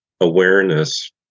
awareness